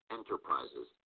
Enterprises